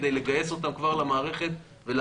כאן בא המקום של האוצר ואז האנשים יוכלו להיכנס למערכת.